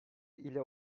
ile